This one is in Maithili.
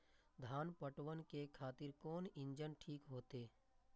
धान पटवन के खातिर कोन इंजन ठीक होते?